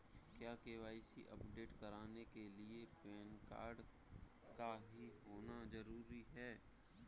क्या KYC update कराने के लिए पैन कार्ड का ही होना जरूरी है?